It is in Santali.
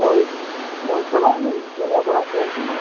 ᱦᱳᱭ ᱦᱳᱭ ᱪᱟᱞᱟᱜ ᱟᱹᱞᱤᱧ ᱪᱮᱨᱦᱟ ᱫᱷᱟᱨᱟ ᱞᱟᱹᱭ ᱵᱤᱱ